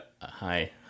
Hi